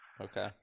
Okay